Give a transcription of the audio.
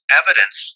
evidence